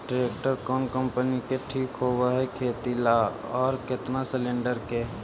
Tractor कोन company के ठीक होब है खेती ल औ केतना सलेणडर के?